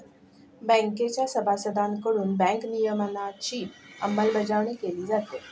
बँकेच्या सभासदांकडून बँक नियमनाची अंमलबजावणी केली जाते